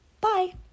Bye